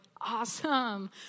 awesome